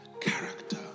character